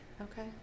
Okay